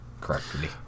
correctly